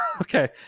okay